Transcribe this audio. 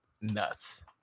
nuts